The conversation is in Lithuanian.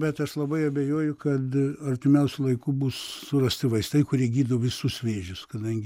bet aš labai abejoju kad artimiausiu laiku bus surasti vaistai kurie gydo visus vėžius kadangi